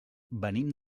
venim